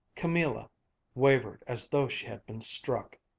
camilla wavered as though she had been struck.